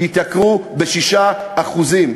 "יתייקרו ב-6%".